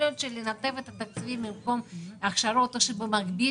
יכול להיות שלנתב את התקציב במקום הכשרות או שבמקביל